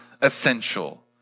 essential